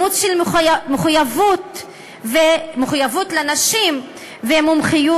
אימוץ של מחויבות לנשים ומומחיות